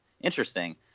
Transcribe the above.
interesting